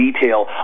detail